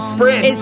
Sprint